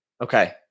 Okay